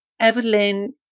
evelyn